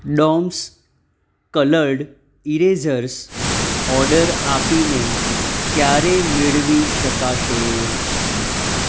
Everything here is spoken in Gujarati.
ડોમ્સ કલર્ડ ઈરેઝર્સ ઓર્ડર આપીને ક્યારે મેળવી શકાશે